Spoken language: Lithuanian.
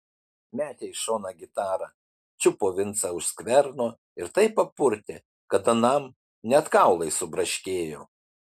metė į šoną gitarą čiupo vincą už skverno ir taip papurtė kad anam net kaulai subraškėjo